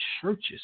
churches